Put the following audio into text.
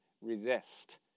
resist